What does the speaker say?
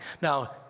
Now